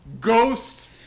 ghost